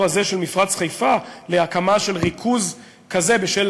הזה של מפרץ חיפה להקמה של ריכוז כזה בשל,